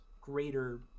greater